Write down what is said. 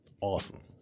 Awesome